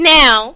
now